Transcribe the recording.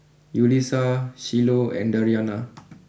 Yulisa Shiloh and Dariana